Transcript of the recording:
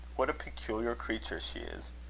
what a peculiar creature she is!